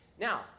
Now